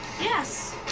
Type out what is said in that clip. Yes